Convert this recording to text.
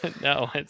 No